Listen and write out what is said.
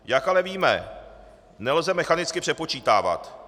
Jak ale víme, nelze mechanicky přepočítávat.